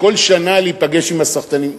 כל שנה להיפגש עם הסחטנים?